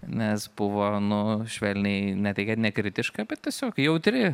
nes buvo nu švelniai ne tai kad nekritiška bet tiesiog jautri